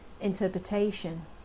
interpretation